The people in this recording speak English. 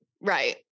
Right